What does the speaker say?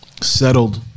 settled